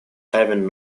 having